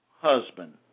husband